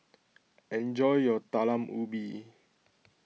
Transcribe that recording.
enjoy your Talam Ubi